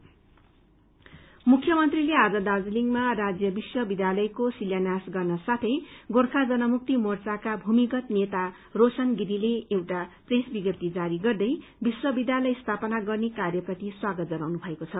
देलका मुख्यमन्त्रील आज दार्जीलिङमा राज्य विश्व विद्यालयको शिलान्यास गर्न साथै गोर्खा जनमुक्ति मोर्चका भूमिगत नेता रोशन गिरीले एउटा प्रेस विज्ञप जारी गर्दै विश्वविद्यालय स्थाना गर्ने कार्यपेति स्वागत जनाउनुमएको छ